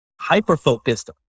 hyper-focused